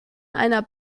einer